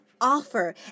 offer